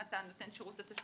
אם אתה נותן שרות לתשלום,